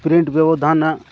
sprint ବ୍ୟବଧାନ